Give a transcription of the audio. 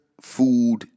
food